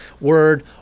word